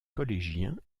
collégiens